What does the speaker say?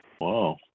Wow